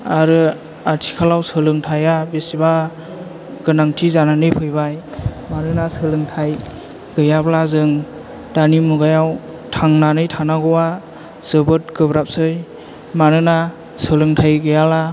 आरो आथिखालाव सोलोंथाइया बेसेबा गोनांथि जानानै फैबाय मानोना सोलोंथाइ गैयाब्ला जों दानि मुगायाव थांनानै थानांगौआ जोबोर गोब्राबसै मानोना सोलोंथाइ गैयाब्ला